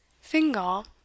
Fingal